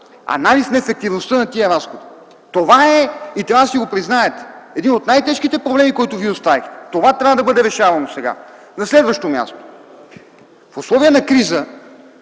анализ на ефективността на тези разходи. Това, и трябва да си го признаете, е един от най-тежките проблеми, които вие оставихте. Това трябва да бъде решавано сега. На следващо място. В условия на криза